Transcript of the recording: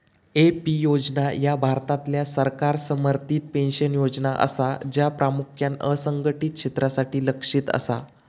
AP योजना ह्या भारतातल्या सरकार समर्थित पेन्शन योजना असा, ज्या प्रामुख्यान असंघटित क्षेत्रासाठी लक्ष्यित असा